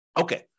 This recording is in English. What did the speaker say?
Okay